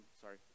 Sorry